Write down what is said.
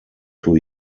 two